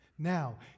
Now